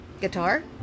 Guitar